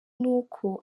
n’uko